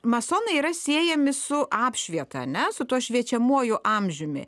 masonai yra siejami su apšvieta ane su tuo šviečiamuoju amžiumi